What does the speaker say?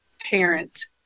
parents